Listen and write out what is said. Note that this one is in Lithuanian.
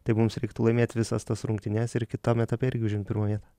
tai mums reiktų laimėt visas tas rungtynes ir kitam etape irgi užimt pirmą vie